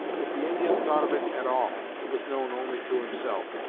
if the indian thought of it at all, it was known only to himself.